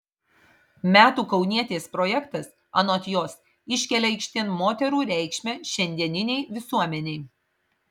metų kaunietės projektas anot jos iškelia aikštėn moterų reikšmę šiandieninei visuomenei